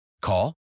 Call